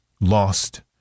lost